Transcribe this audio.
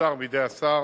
שאושר בידי השר